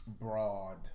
broad